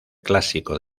clásico